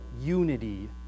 unity